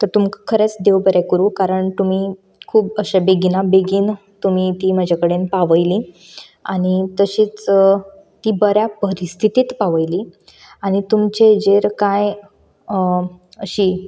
तर तुमकां खरेंच देव बरें करूं कारण तुमी खूब अशें बेगिना बेगीन तुमी ती म्हजे कडेन पावयली आनी तशीच आनी ती बऱ्या परिस्थितींत पावयली आनी तुमच्या हेजेर कांय अशी